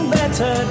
better